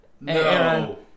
No